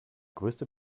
größte